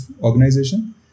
organization